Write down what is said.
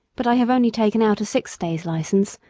but i have only taken out a six-days' license,